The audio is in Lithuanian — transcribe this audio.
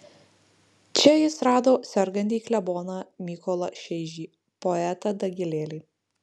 čia jis rado sergantį kleboną mykolą šeižį poetą dagilėlį